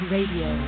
Radio